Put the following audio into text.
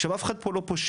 עכשיו, אף אחד פה לא פושע.